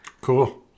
Cool